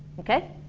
okay?